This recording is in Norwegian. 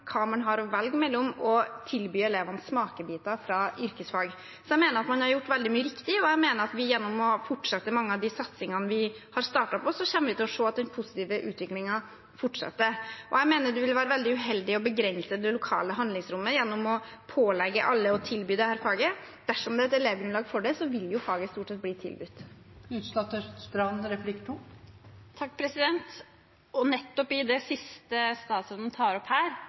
hva man har å velge mellom, og å tilby elevene smakebiter fra yrkesfag. Jeg mener at man har gjort veldig mye riktig, og jeg mener at vi gjennom å fortsette med mange av de satsingene vi har startet på, kommer til å se at den positive utviklingen fortsetter. Og jeg mener at det vil være veldig uheldig å begrense det lokale handlingsrommet gjennom å pålegge alle å tilby dette faget. Dersom det er elevgrunnlag for det, vil jo faget stort sett bli tilbudt. Nettopp det siste statsråden tar opp her, at det